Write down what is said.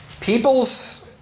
people's